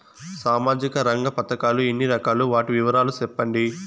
సామాజిక రంగ పథకాలు ఎన్ని రకాలు? వాటి వివరాలు సెప్పండి